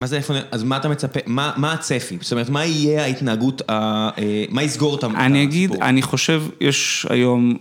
מה זה איפה, אז מה אתה מצפה, מה הצפי, זאת אומרת מה יהיה ההתנהגות, מה יסגור את המדינה? אני אגיד, אני חושב יש היום...